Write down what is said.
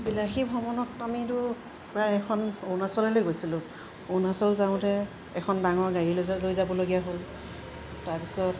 বিলাসী ভ্ৰমণত আমিতো প্ৰায় এখন অৰুণাচলৈ গৈছিলোঁ অৰুণাচল যাওঁতে এখন ডাঙৰ গাড়ী লৈ লৈ যাবলগীয়া হ'ল তাৰপিছত